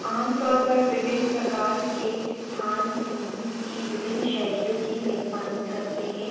आमतौर पर विभिन्न प्रकार के स्थान संगीत की विभिन्न शैलियों की मेज़बानी करते हैं